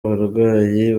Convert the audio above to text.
uburwayi